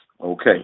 Okay